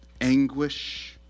anguish